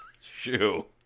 shoe